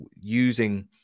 using